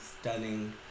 stunning